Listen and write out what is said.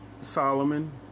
Solomon